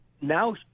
now